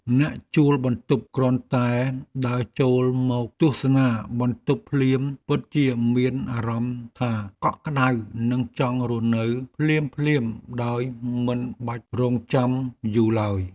អ្នកជួលបន្ទប់គ្រាន់តែដើរចូលមកទស្សនាបន្ទប់ភ្លាមពិតជាមានអារម្មណ៍ថាកក់ក្ដៅនិងចង់រស់នៅភ្លាមៗដោយមិនបាច់រង់ចាំយូរឡើយ។